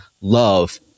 love